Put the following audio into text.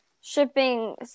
Shipping